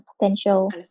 potential